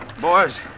Boys